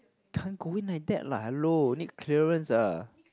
can't go in like that lah hello need clearance ah